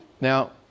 Now